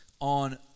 On